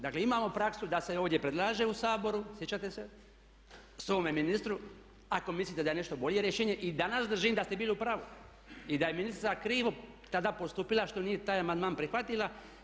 Dakle, imamo praksu da se ovdje predlaže u Saboru, sjećate se, svome ministru ako mislite da je nešto bolje rješenje i danas držim da ste bili u pravu i da je ministrica krivo tada postupila što nije taj amandman prihvatila.